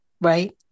right